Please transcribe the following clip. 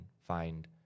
find